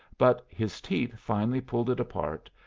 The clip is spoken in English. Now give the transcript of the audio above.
but his teeth finally pulled it apart,